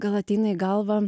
gal ateina į galvą